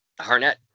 Harnett